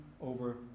over